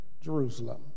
Jerusalem